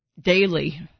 daily